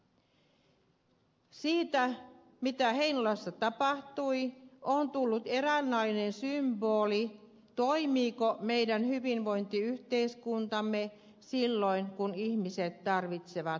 siitä mitä heinolassa tapahtui on tullut eräänlainen symboli toimiiko meidän hyvinvointiyhteiskuntamme silloin kun ihmiset tarvitsevat apua